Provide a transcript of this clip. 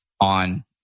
on